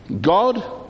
God